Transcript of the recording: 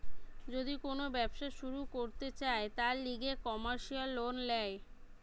যদি কোন ব্যবসা শুরু করতে চায়, তার লিগে কমার্সিয়াল লোন ল্যায়